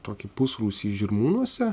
tokį pusrūsį žirmūnuose